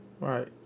Right